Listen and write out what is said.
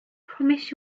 promise